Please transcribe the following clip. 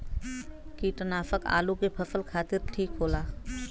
कीटनाशक आलू के फसल खातिर ठीक होला